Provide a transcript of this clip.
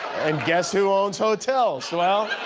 and guess who owns hotels. so